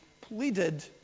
pleaded